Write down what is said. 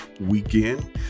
weekend